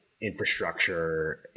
infrastructure